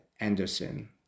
Anderson